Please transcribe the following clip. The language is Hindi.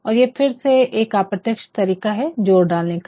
और ये फिर से एक अप्रत्यक्ष तरीका है ज़ोर डालने का